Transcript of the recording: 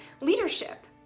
leadership